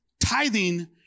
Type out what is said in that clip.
Tithing